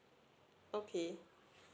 okay